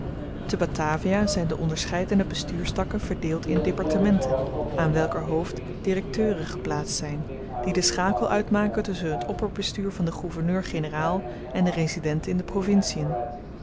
te batavia zyn de onderscheidene bestuurstakken verdeeld in departementen aan welker hoofd direkteuren geplaatst zyn die den schakel uitmaken tusschen het opperbestuur van den gouverneur-generaal en de residenten in de provincien